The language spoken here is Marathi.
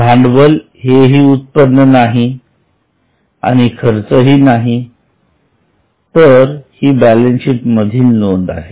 भांडवल हे उत्पन्नही नाही आणि खर्चही नाही तर ही बॅलन्स शीट मधील नोंद आहे